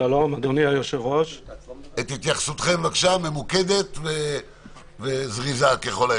אני מבקש את התייחסותכם הממוקדת והזריזה.